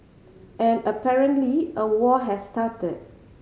and apparently a war has started